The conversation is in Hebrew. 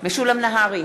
משולם נהרי,